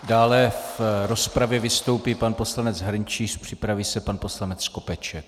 Dále v rozpravě vystoupí pan poslanec Hrnčíř, připraví se pan poslanec Skopeček.